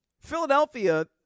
Philadelphia